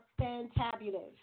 fantabulous